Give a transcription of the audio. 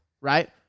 right